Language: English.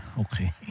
Okay